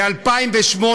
גם ב-2008